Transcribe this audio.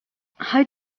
how